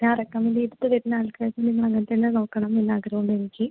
ഞാൻ റെക്കമെന്റ് ചെയ്തിട്ടുവരുന്ന ആൾകാരെയും അങ്ങനെ തന്നെ നോക്കണമെന്ന് ആഗ്രഹമുണ്ട് എനിക്ക്